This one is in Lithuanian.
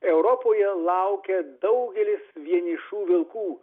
europoje laukia daugelis vienišų vilkų